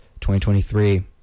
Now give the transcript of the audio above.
2023